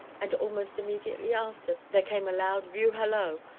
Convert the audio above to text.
and, almost immediately after, there came a loud view hallo,